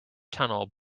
tunnel